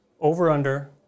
Over-under